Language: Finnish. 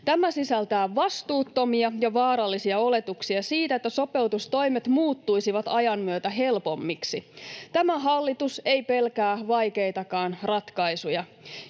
Tämä sisältää vastuuttomia ja vaarallisia oletuksia siitä, että sopeutustoimet muuttuisivat ajan myötä helpommiksi. Tämä hallitus ei pelkää vaikeitakaan ratkaisuja.